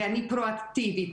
ואני פרואקטיבית